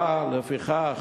לפיכך,